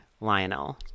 Lionel